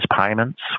payments